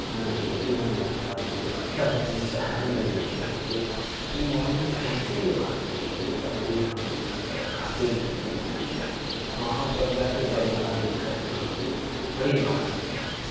ہاں یقیناً وہ کتاب مجھے اب تک اپنے سحر میں لیے ہوئے ہے کہ مولانا نے کیسے یہ باتیں کہی ایک امریکہ میں جا کر کافر کی دنیا میں وہاں پہ جا کر برملا یہ کہنا بڑی بات ہوتی ہے